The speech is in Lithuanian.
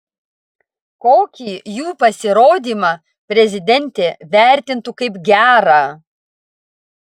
kokį jų pasirodymą prezidentė vertintų kaip gerą